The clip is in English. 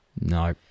No